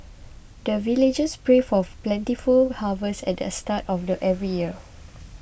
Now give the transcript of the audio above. the villagers pray for plentiful harvest at the start of every year